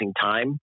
time